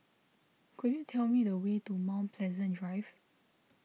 could you tell me the way to Mount Pleasant Drive